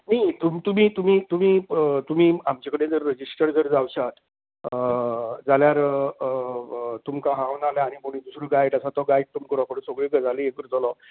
नी तुम तुमी तुमी तुमी तुमी आमचे कडेन रॅजिस्टर जर जावश्यात जाल्यार तुमका हांव नाल्या आनी कोणूय दुसरो गायड आसा तो गायड तुमका रोकडो सगळ्यो गजाली हे करतलो